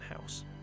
house